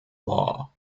law